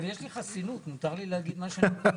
אבל יש לי חסינות, מותר לי להגיד מה שאני רוצה.